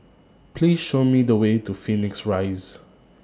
Please Show Me The Way to Phoenix Rise